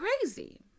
crazy